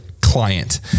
client